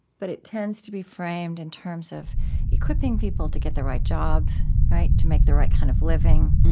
but it tends to be framed in terms of equipping people to get the right jobs, right? to make the right kind of living,